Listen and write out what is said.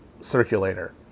circulator